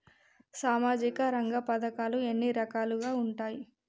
సామాజిక రంగ పథకాలు ఎన్ని రకాలుగా ఉంటాయి?